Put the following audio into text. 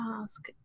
ask